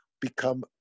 become